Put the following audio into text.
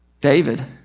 David